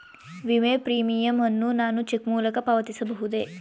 ವಿಮೆ ಪ್ರೀಮಿಯಂ ಅನ್ನು ನಾನು ಚೆಕ್ ಮೂಲಕ ಪಾವತಿಸಬಹುದೇ?